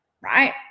right